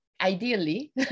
ideally